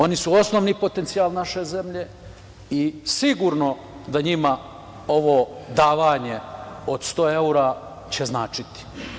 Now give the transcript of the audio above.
Oni su osnovni potencijal naše zemlje i sigurno da njima ovo davanje od 100 evra će značiti.